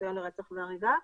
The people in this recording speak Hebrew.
ניסיון לרצח והריגה.